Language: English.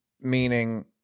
Meaning